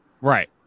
Right